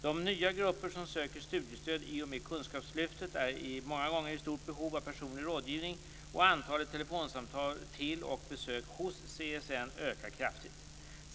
De nya grupper som söker studiestöd i och med kunskapslyftet är många gånger i stort behov av personlig rådgivning, och antalet telefonsamtal till och besök hos CSN ökar kraftigt.